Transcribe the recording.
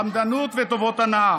אחר כך מדברים על חמדנות ועל טובות הנאה,